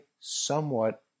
somewhat